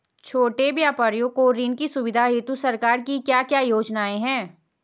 छोटे व्यापारियों को ऋण की सुविधा हेतु सरकार की क्या क्या योजनाएँ हैं?